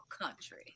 country